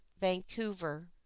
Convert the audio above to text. Vancouver